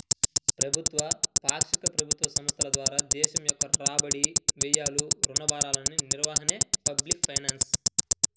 ప్రభుత్వ, పాక్షిక ప్రభుత్వ సంస్థల ద్వారా దేశం యొక్క రాబడి, వ్యయాలు, రుణ భారాల నిర్వహణే పబ్లిక్ ఫైనాన్స్